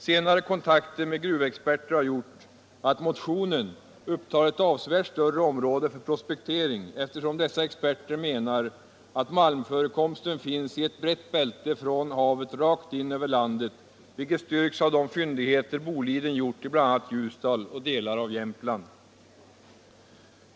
Senare kontakter med gruvexperter har gjort att motionen upptar ett avsevärt större område för prospektering, eftersom dessa experter menar att malmförekomsten finns i ett brett bälte från havet rakt in över landet, vilket styrks av de fyndigheter Boliden gjort i bl.a. Ljusdal och delar av Jämtland.